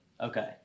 Okay